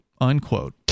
unquote